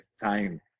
time